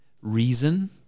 reason